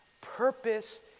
Purpose